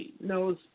knows